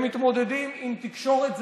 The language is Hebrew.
הם מתמודדים עם תקשורת זרה,